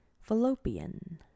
fallopian